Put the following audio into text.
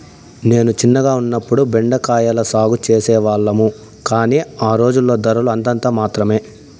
నేను చిన్నగా ఉన్నప్పుడు బెండ కాయల సాగు చేసే వాళ్లము, కానీ ఆ రోజుల్లో ధరలు అంతంత మాత్రమె